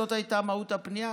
זאת הייתה מהות הפנייה?